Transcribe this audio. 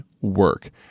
work